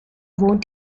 wohnt